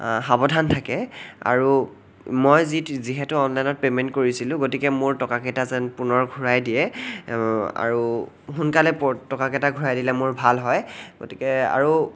সাৱধান থাকে আৰু মই যি যিহেতু অনলাইনত পেমেন্ট কৰিছিলোঁ গতিকে মোৰ টকাকেইটা যেন পুনৰ ঘূৰাই দিয়ে আৰু সোনকালে টকাকেইটা ঘূৰাই দিলে মোৰ ভাল হয় গতিকে আৰু